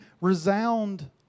resound